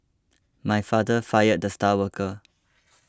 my father fired the star worker